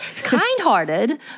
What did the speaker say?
kind-hearted